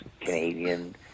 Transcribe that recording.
Canadian